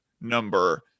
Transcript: number